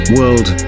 World